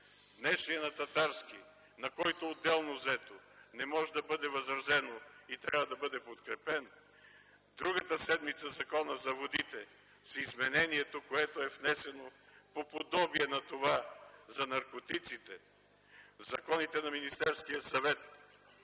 днешният – на Татарски, на който отделно взето, не може да бъде възразено и трябва да бъде подкрепен. Другата седмица – Закона за водите с изменението, което е внесено по подобие на това за наркотиците, законите на Министерския съвет